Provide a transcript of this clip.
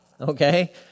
okay